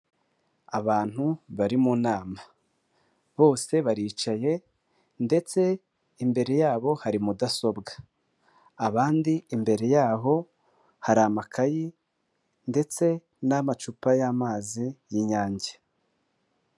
Abantu bari mu nama. Bose baricaye ndetse imbere yabo hari mudasobwa. Abandi imbere y'aho hari amakayi ndetse n'amacupa y'amazi y'Inyange.